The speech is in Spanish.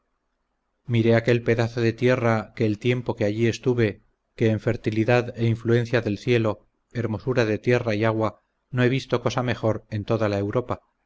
miré aquel pedazo de tierra en el tiempo que allí estuve que en fertilidad e influencia del cielo hermosura de tierra y agua no he visto cosa mejor en toda la europa